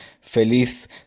Feliz